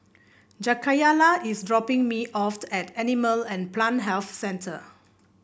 Jakayla is dropping me off the at Animal and Plant Health Centre